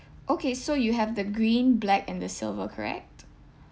okay so you have the green black and the silver correct